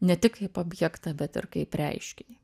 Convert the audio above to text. ne tik kaip objektą bet ir kaip reiškinį